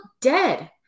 dead